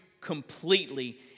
completely